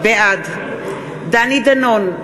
בעד דני דנון,